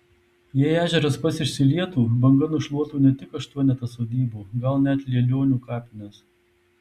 jei ežeras pats išsilietų banga nušluotų ne tik aštuonetą sodybų gal net lielionių kapines